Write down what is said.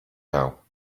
now